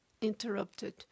interrupted